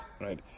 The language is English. Right